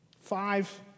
Five